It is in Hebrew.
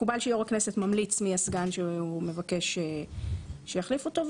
מקובל שיושב ראש הכנסת ממליץ מי הסגן שהוא מבקש שיחליף אותו.